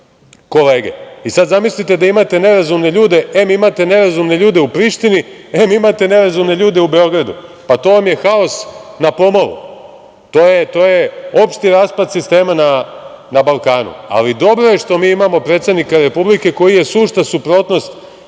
kolege. Sada, zamislite da imate nerazumne ljude… Em imate nerazumne ljude u Prištini, em imate nerazumne ljude u Beogradu. Pa, to vam je haos na pomolu. To je opšti raspad sistema na Balkanu, ali dobro je što mi imamo predsednika Republike koji je sušta suprotnost